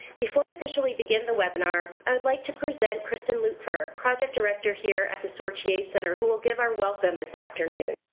before we officially begin the webinar i'd like to present kristin lupfer, project director here at the soar ta center who will give our welcome this afternoon.